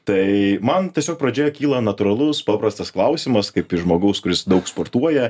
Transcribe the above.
tai man tiesiog pradžioje kyla natūralus paprastas klausimas kaip iš žmogaus kuris daug sportuoja